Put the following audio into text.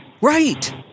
Right